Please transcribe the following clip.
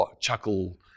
chuckle